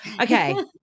Okay